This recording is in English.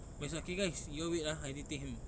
but he's like okay guys you all wait ah I need to take him